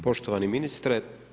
Poštovani ministre.